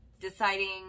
deciding